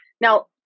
Now